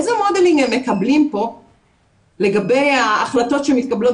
אילו מודלים הם מקבלים פה לגבי ההחלטות שמתקבלות